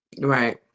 Right